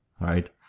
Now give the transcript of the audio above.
right